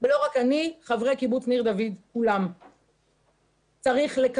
ולא רק אני אלא חברי קיבוץ ניר דוד, כולם.